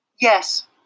Yes